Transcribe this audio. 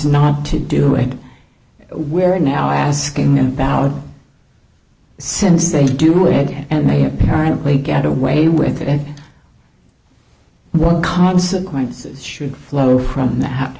not to do it we're now asking them about it since they do it and they apparently get away with it and what consequences should flow from that